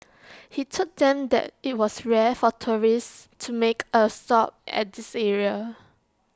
he told them that IT was rare for tourists to make A stop at this area